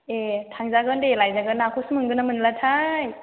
ए थांजागोन दे लायजागोन नाखौसो मोनगोनना मोनलाथाय